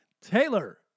Taylor